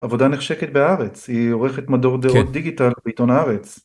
עבודה נחשקת בהארץ, היא עורכת מדור דעות דיגיטל בעיתון הארץ.